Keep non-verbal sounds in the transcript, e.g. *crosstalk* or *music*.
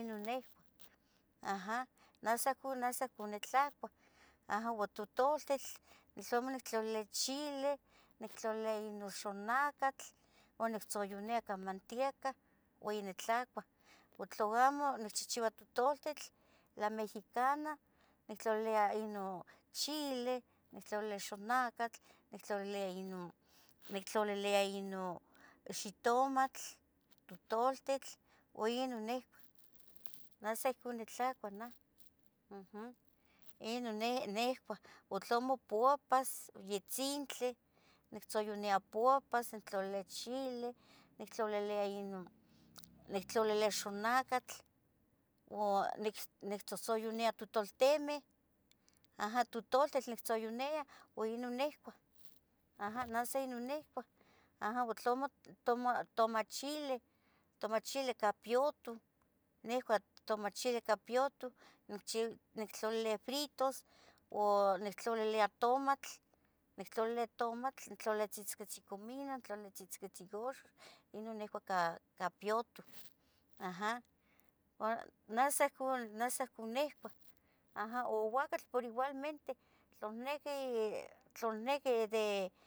ino nicuah, *hesitation* neh san ihcon nitlacuah *hesitation* o totultitl tlamo nnictlolilia chile, nictlolilia Inon xonocatl o nictzoyunia ica mantieca uan ya nitlacuah. o Tla amo nicchichiua totoltitl la mexicana, nictlolilia ino chile, nictlolilia xonacatl, nictlolilia inon xitomatl, totultitl oinon nicuah naj san ohcon nitlacua nah aja. Otlamo pupas, noso yitzintli, nictzoyonia pupas, nictlolilia chili, nictlolilia xonacatl, nictzohtzoyonia totoltimeh aja totoltitl nictzoyonia uan inoh nicuah nah san ohcon nitlacuah. Tomachili ica piotoh, nicuah tomachili ica piotoh nictlolilia fritos o nictlolilia tomatl, nictlolilia tzitziquitzin comino, tzohtzocotzin axox Inon nicua ica piyotoh, *hesitation* neh san ohcon nicuah. *hesitation* O uacatl por igualmente, tla niquih de